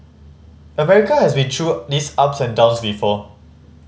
America has been through these ups and downs before